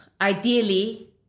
ideally